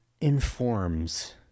informs